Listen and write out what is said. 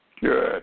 Good